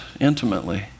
intimately